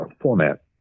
format